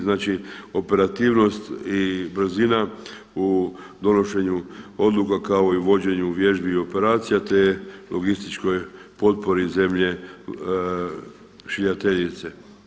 Znači operativnost i brzina u donošenju odluka kao i vođenju vježbi i operacija, te logističkoj potpori zemlje šiljateljice.